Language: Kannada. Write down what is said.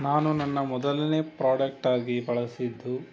ನಾನು ನನ್ನ ಮೊದಲನೇ ಪ್ರಾಡಕ್ಟ್ ಆಗಿ ಬಳಸಿದ್ದು